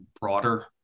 broader